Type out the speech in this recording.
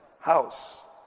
House